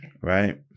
Right